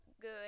good